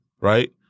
right